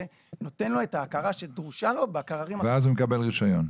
שנותן לו את ההכרה הדרושה לו בקררים --- ואז הוא מקבל רישיון.